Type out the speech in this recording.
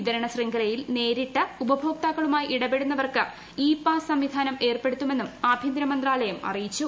വിതരണ ശൃംഖലയിൽ നേരിട്ട് ഉപഭോക്താക്കളുമായി ഇടപെടുന്നവർക്ക് ഇ പാസ്സ് സംവിധാനം ഏർപ്പെടുത്തുമെന്നും ആഭൃന്തര മന്ത്രാലയം അറിയിച്ചു